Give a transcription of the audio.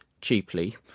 cheaply